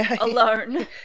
alone